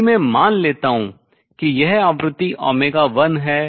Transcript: यदि मैं मान लेता हूँ कि यह आवृत्ति 1 है